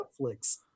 Netflix